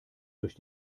durch